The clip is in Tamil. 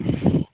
ம்